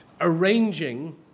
arranging